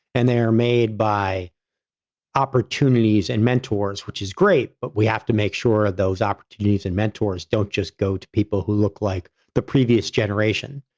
and they are made by opportunities and mentors, which is great, but we have to make sure those opportunities and mentors don't just go to people who look like the previous generation.